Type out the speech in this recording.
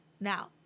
Now